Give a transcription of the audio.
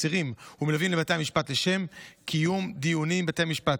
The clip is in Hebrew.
עצירים ומלווים לבתי המשפט לשם קיום דיונים בבתי המשפט,